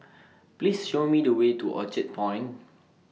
Please Show Me The Way to Orchard Point